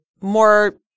more